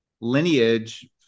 lineage